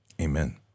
Amen